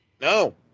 No